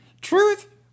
Truth